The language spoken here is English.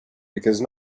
because